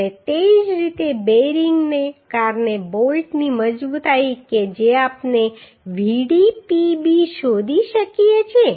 અને તે જ રીતે બેરિંગને કારણે બોલ્ટની મજબૂતાઈ કે જે આપણે Vdpb શોધી શકીએ છીએ